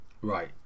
right